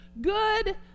good